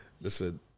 listen